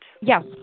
Yes